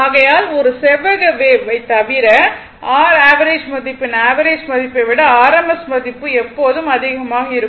ஆகையால் ஒரு செவ்வக வேவ் ஐ தவிர r ஆவரேஜ் மதிப்பின் ஆவரேஜ் மதிப்பை விட ஆர்எம்எஸ் மதிப்பு எப்போதும் அதிகமாக இருக்கும்